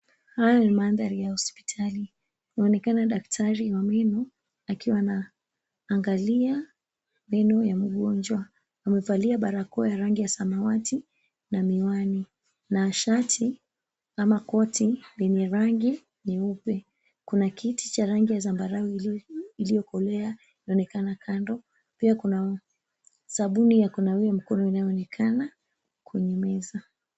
Haya ni mandhari ya hospitali. Inaonekana daktari wa meno akiwa anaangalia meno ya mgonjwa. Amevalia barakoa ya rangi ya samawati na miwani na shati ama koti lenye rangi nyeupe. Kuna kiti cha rangi ya zambarau iliyokolea inaonekana kando. Pia kuna sabuni ya kunawia mkono inayoonekana kwenye meza